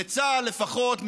לצה"ל לפחות,